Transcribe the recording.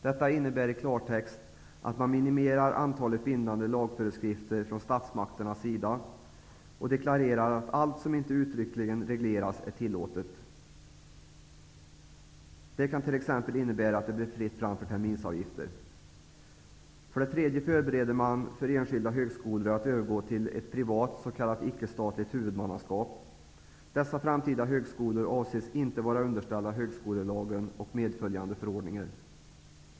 Detta innebär i klartext att man minimerar antalet bindande lagföreskrifter från statsmakternas sida och deklarerar att allt som inte uttryckligen regleras är tillåtet. Det kan t.ex. innebära att det blir fritt fram för terminsavgifter. För det tredje förbereder man för enskilda högskolor att övergå till ett privat s.k. icke statligt huvudmannaskap. Dessa framtida högskolor avses inte vara underställda högskolelagen och medföljande förordningar.